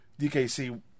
DKC